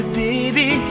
baby